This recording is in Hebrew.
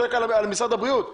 צועק על משרד הבריאות.